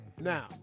Now